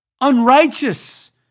unrighteous